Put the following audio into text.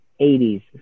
80s